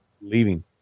leaving